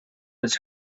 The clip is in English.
his